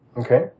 Okay